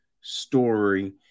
story